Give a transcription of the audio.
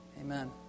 Amen